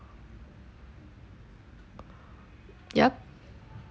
yup